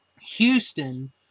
Houston